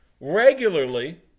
regularly